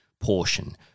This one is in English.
portion